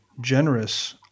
generous